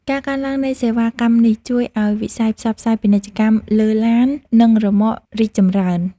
ការកើនឡើងនៃសេវាកម្មនេះ ជួយឱ្យវិស័យផ្សព្វផ្សាយពាណិជ្ជកម្មលើឡាន និងរ៉ឺម៉ករីកចម្រើន។